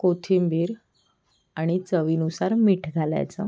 कोथिंबीर आणि चवीनुसार मीठ घालायचं